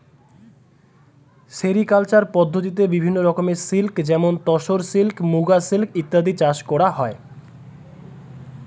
sericulture পদ্ধতিতে বিভিন্ন রকমের সিল্ক যেমন তসর সিল্ক, মুগা সিল্ক ইত্যাদি চাষ করা হয়